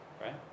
right